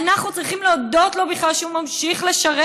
אנחנו צריכים להודות לו שהוא בכלל ממשיך לשרת